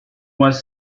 was